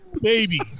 baby